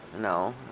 No